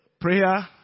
prayer